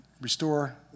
restore